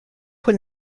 pour